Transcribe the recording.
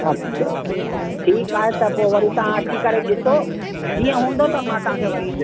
अछा ठीकु आहे त पोइ वरी तव्हां अची करे ॾिसो जीअं हूंदो त मां तव्हांखे वरी